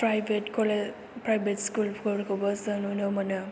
private कले private स्कुलफोरखौबो जों नुनो मोनो